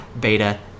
Beta